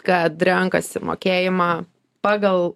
kad renkasi mokėjimą pagal